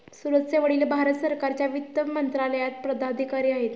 सूरजचे वडील भारत सरकारच्या वित्त मंत्रालयात पदाधिकारी आहेत